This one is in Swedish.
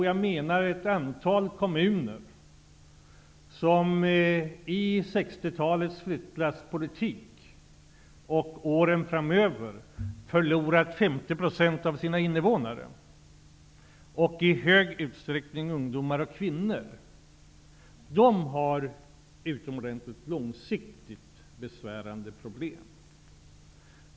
Jag menar att ett antal kommuner som i 60-talets flyttlasspolitik och åren efter förlorat 50 % av sina invånare, i hög utsträckning ungdomar och kvinnor, har utomordentligt långsiktiga och besvärande problem.